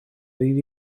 ddydd